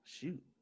Shoot